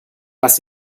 was